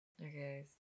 Okay